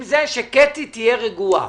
השאלה של קטי שטרית כדי שהיא תהיה רגועה.